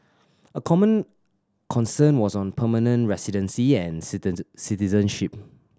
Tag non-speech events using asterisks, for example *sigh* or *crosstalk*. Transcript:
a common concern was on permanent residency and *unintelligible* citizenship